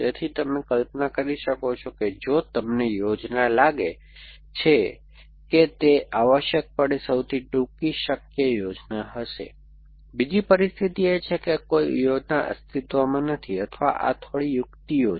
તેથી તમે કલ્પના કરી શકો છો કે જો તમને યોજના લાગે છે કે તે આવશ્યકપણે સૌથી ટૂંકી શક્ય યોજના હશે બીજી પરિસ્થિતિ એ છે કે કોઈ યોજના અસ્તિત્વમાં નથી અથવા આ થોડી યુક્તિઓ છે